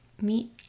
Meet